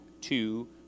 two